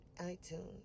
iTunes